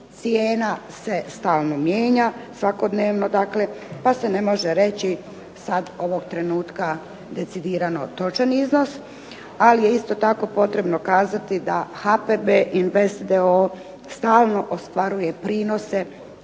Cijena se stalno mijenja, svakodnevno dakle pa se ne može reći sad ovog trenutka decidirano točan iznos, ali je isto tako potrebno kazati da HPB Invest d.o.o. stalno ostvaruje prinose